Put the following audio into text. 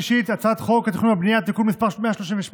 השלישית את הצעת חוק התכנון והבנייה (תיקון מס' 138),